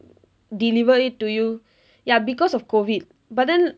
deliver it to you ya because of COVID but then